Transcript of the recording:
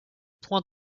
point